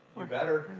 better.